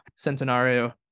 Centenario